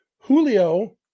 Julio